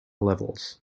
levels